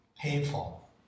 painful